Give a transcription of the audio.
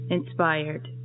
Inspired